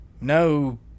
no